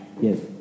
Yes